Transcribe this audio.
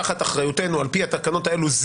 תחת אחריותנו על פי התקנות האלו,